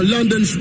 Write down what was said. London